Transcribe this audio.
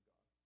God